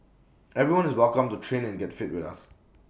everyone is welcome to train and get fit with us